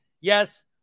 Yes